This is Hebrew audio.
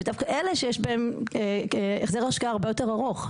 ודווקא אלה שיש בהם החזר השקעה הרבה יותר ארוך.